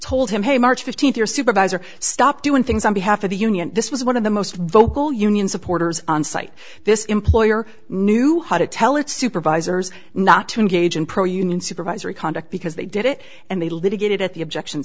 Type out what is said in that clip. told him hey march fifteenth your supervisor stopped doing things on behalf of the union this was one of the most vocal union supporters on site this employer knew how to tell it supervisors not to engage in pro union supervisory conduct because they did it and they litigated at the objection